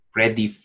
ready